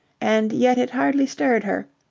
and yet it hardly stirred her.